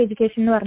Education